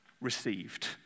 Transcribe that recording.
received